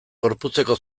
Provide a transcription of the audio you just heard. gorputzeko